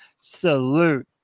salute